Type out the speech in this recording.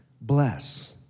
Bless